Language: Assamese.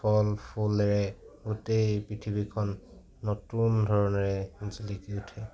ফল ফুলেৰে গোটেই পৃথিৱীখন নতুন ধৰণেৰে জিলিকি উঠে